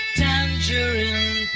tangerine